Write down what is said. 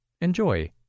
Enjoy